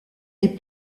les